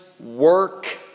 Work